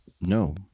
No